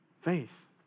faith